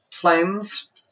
Planes